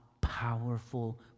powerful